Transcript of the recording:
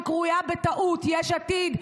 שקרויה בטעות יש עתיד,